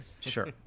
Sure